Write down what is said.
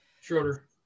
Schroeder